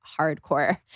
hardcore